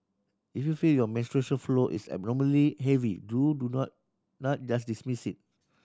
if you feel your menstrual flow is abnormally heavy do do not not just dismiss it